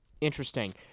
Interesting